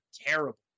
terrible